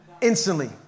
Instantly